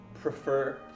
prefer